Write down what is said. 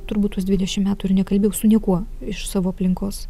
turbūt tuos dvidešim metų ir nekalbėjau su niekuo iš savo aplinkos